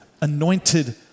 anointed